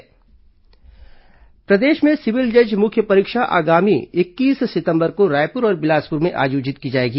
civil जज परीक्षा प्रदेश में सिविल जज मुख्य परीक्षा आगामी इक्कीस सितंबर को रायपुर और बिलासपुर में आयोजित की जाएगी